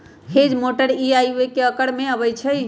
hedge mower T आ Y के अकार में अबई छई